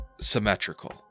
symmetrical